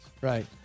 Right